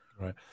Right